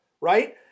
right